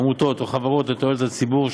עמותות או חברות לתועלת הציבור,